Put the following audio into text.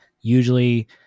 usually